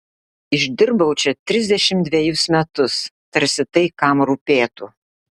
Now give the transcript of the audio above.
išdirbau čia trisdešimt dvejus metus tarsi tai kam rūpėtų